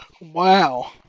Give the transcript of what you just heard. Wow